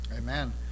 Amen